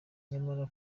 nyamara